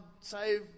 save